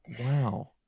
wow